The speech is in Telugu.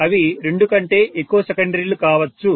అవి రెండు కంటే ఎక్కువ సెకండరీలు కావచ్చు